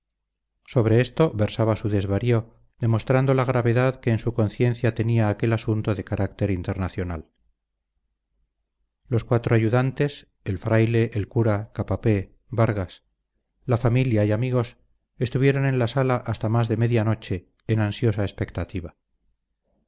sobre esto versaba su desvarío demostrando la gravedad que en su conciencia tenía aquel asunto de carácter internacional los cuatro ayudantes el fraile el cura capapé vargas la familia y amigos estuvieron en la sala hasta más de media noche en ansiosa expectativa